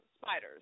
spiders